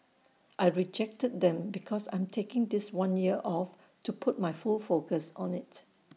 I rejected them because I'm taking this one year off to put my full focus on IT